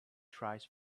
tries